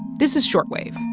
this is short wave,